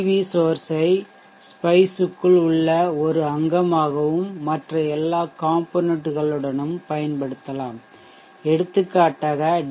we source ஐ spice க்குள் உள்ள ஒரு அங்கமாகவும் மற்ற எல்லா காம்பொனென்ட்களுடனும் பயன்படுத்தலாம் எடுத்துக்காட்டாக டி